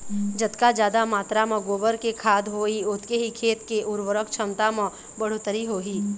जतका जादा मातरा म गोबर के खाद होही ओतके ही खेत के उरवरक छमता म बड़होत्तरी होही